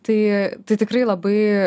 tai tai tikrai labai